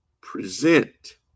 present